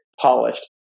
polished